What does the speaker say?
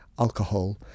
alcohol